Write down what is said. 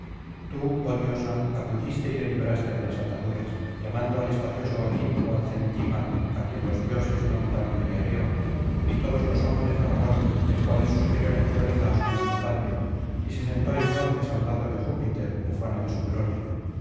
tú oh diosa acudiste y le libraste de las ataduras llamando al espacioso olimpo al centímano á quien los dioses nombran briareo y todos los hombres kgcón el cual es superior en fuerza á su mismo padre y se sentó entonces al lado de júpiter ufano de su gloria